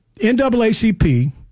NAACP